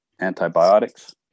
antibiotics